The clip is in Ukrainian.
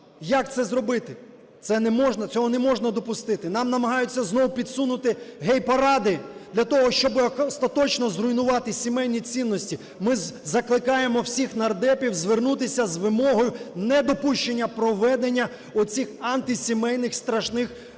Це не можна, цього не можна допустити. Нам намагаються знов підсунути гей-паради для того, щоб остаточно зруйнувати сімейні цінності. Ми закликаємо всіх нардепів звернутися з вимогою недопущення проведення оцих антисімейних страшних парадів